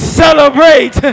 celebrate